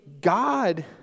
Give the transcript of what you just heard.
God